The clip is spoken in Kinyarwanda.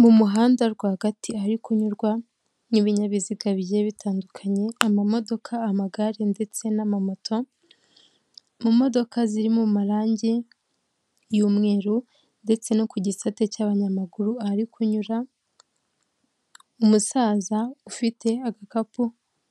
Mu muhanda rwagati hari kunyurwa n'ibinyabiziga bigiye bitandukanye amamodoka, amagare ndetse n'amamoto mu modoka zirimo amarangi y'umweru ndetse no ku gisate cy'abanyamaguru ahari kunyura umusaza ufite agakapu